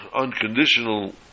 unconditional